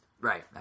Right